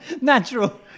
natural